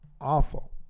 Awful